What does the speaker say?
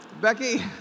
Becky